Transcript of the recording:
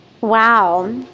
Wow